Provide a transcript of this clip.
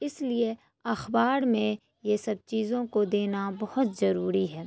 اس لیے اخبار میں یہ سب چیزوں کو دینا بہت ضروری ہے